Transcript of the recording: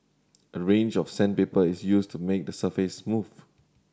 a range of sandpaper is used to make the surface smooth